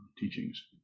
Teachings